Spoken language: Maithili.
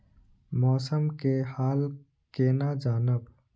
मौसम के हाल केना जानब?